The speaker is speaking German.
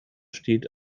steht